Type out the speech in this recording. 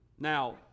Now